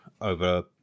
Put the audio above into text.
over